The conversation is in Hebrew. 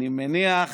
אני מניח